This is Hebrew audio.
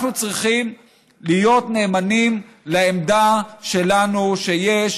אנחנו צריכים להיות נאמנים לעמדה שלנו שיש